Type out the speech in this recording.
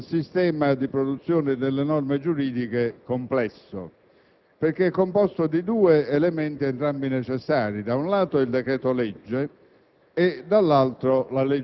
ci pone davanti ad un sistema di produzione delle norme giuridiche complesso, perché è composto da due elementi, entrambi necessari: da un lato, il decreto-legge;